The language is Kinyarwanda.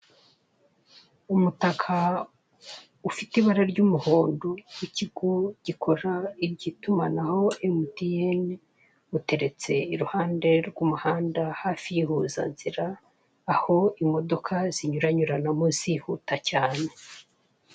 Umutaka ufite ibara ry'umuhondo ry'ikigo gikora ibyitumanaho MTN uteretse iruhande rw'umuhanda hafi y'impuzanzira aho imodoka zinyuranyuranamo zihuta cyane.